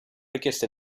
richieste